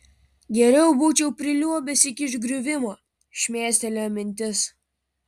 geriau būčiau priliuobęs iki išgriuvimo šmėstelėjo mintis